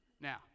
Now